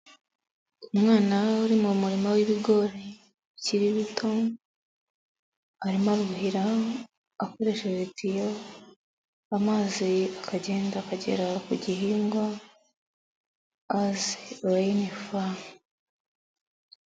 Umwana uri mu murima w'ibigori bikiri bito, arimo aruhira akoresheje itiyo, amazi akagenda akagera ku gihingwa, azi reyini fa.